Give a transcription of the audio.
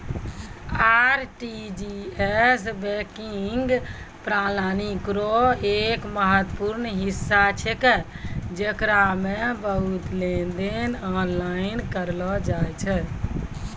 RTGS banking प्रणाली रो एक महत्वपूर्ण हिस्सा छेकै जेकरा मे बहुते लेनदेन आनलाइन करलो जाय छै